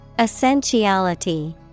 Essentiality